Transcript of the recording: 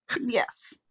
Yes